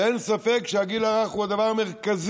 אין ספק שהגיל הרך הוא הדבר המרכזי.